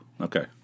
Okay